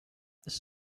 this